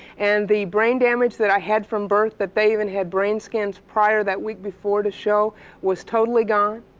and the brain damage that i had from birth that they even had brain scans prior that week before to show was totally gone.